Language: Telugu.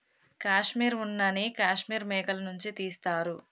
కాశ్మీర్ ఉన్న నీ కాశ్మీర్ మేకల నుంచి తీస్తారు